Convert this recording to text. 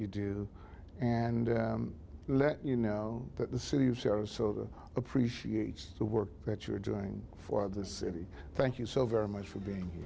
you do and let you know that the city of sarasota appreciates the work that you're doing for the city thank you so very much for being